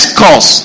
cost